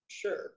Sure